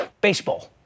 baseball